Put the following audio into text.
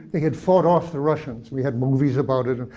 they had fought off the russians. we had movies about it.